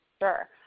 Sure